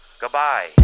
Goodbye